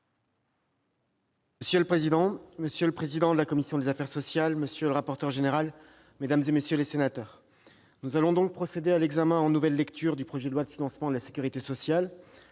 Monsieur le président, monsieur le président de la commission des affaires sociales, monsieur le rapporteur général, mesdames, messieurs les sénateurs, nous allons donc procéder à l'examen en nouvelle lecture du projet de loi de financement de la sécurité sociale